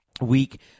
week